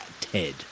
Ted